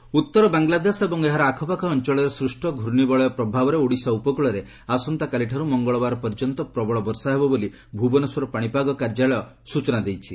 ଓଡ଼ିଶା ରେନ୍ ଉତ୍ତର ବାଂଲାଦେଶ ଏବଂ ଏହାର ଆଖପାଖ ଅଞ୍ଚଳରେ ସ୍ୱଷ୍ଟ ପ୍ରର୍ଣ୍ଣିବଳୟ ପ୍ରଭାବରେ ଓଡ଼ିଶା ଉପକୂଳରେ ଆସନ୍ତା କାଲିଠାରୁ ମଙ୍ଗଳବାର ପର୍ଯ୍ୟନ୍ତ ପ୍ରବଳ ବର୍ଷା ହେବ ବୋଲି ଭୁବନେଶ୍ୱର ପାଣିପାଗ କାର୍ଯ୍ୟାଳୟ ପକ୍ଷରୁ ସ୍ବଚନା ଦିଆଯାଇଛି